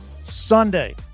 Sunday